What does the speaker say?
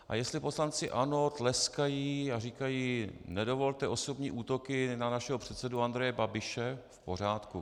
A jestli poslanci ANO tleskají a říkají: nedovolte osobní útoky na našeho předsedu Andreje Babiše, v pořádku.